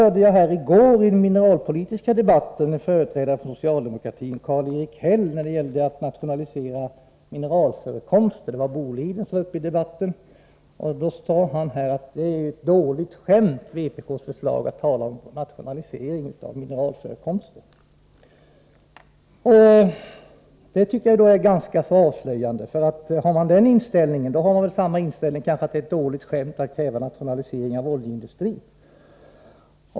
Jag hörde i den mineralpolitiska debatten i går — då man talade om Boliden — en företrädare för socialdemokratin, Karl-Erik Häll, säga att vpk:s förslag att nationalisera mineralförekomster var ett dåligt skämt. Det tycker jag är ganska avslöjande. Har man den inställningen tycker man kanske också att det är ett dåligt skämt att nationalisera oljeindustrin.